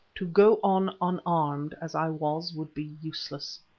to go on unarmed as i was would be useless.